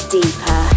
Deeper